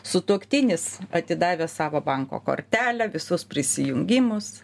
sutuoktinis atidavęs sako banko kortelę visus prisijungimus